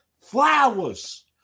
flowers